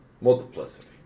Multiplicity